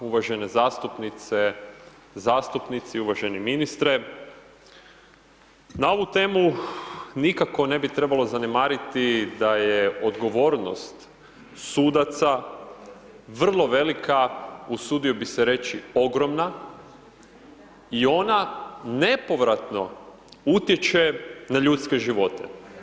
Uvažene zastupnice, zastupnici, uvaženi ministre, na ovu temu nikako ne bi trebalo zanemariti da je odgovornost sudaca vrlo velika, usudio bi se reći ogromna i ona nepovratno utječe na sudske živote.